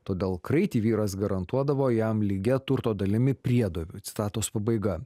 todėl kraitį vyras garantuodavo jam lygia turto dalimi priedoviu citatos pabaiga